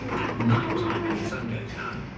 at night time, when the sun goes down,